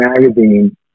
magazine